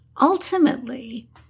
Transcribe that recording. ultimately